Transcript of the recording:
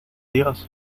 dios